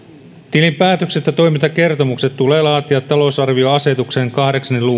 tilinpäätökset ja toimintakertomukset tulee laatia talousarvioasetuksen kahdeksan luvun